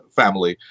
family